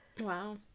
Wow